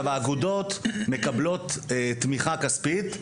האגודות מקבלות תמיכה כספית.